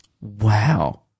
Wow